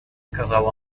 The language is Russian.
сказал